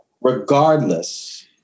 regardless